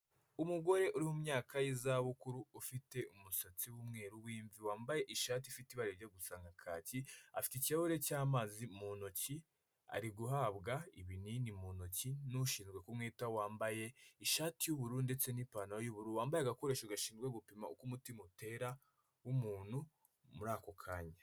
Umugore uri mumyaka y'izabukuru ufite umusatsi w'umweru w'imvi wambaye ishati ifite ibara rijya gusa na kacyi afite ikihure cy'amazi mu ntoki ari guhabwa ibinini mu ntoki n'ushinzwe kumwitaho wambaye ishati y'ubururu ndetse n'ipantaro y'uburu, wambaye agakoresho gashinzwe gupima uko umutima utera w'umuntu muri ako kanya.